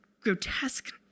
grotesque